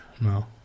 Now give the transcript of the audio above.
No